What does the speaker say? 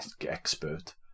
expert